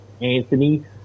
Anthony